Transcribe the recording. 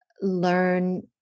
learn